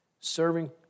serving